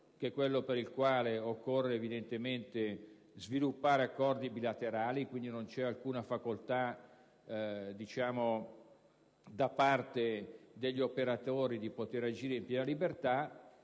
dirigistico, per il quale occorre evidentemente sviluppare accordi bilaterali, e quindi non c'è alcuna facoltà da parte degli operatori di agire in piena libertà.